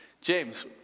James